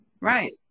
Right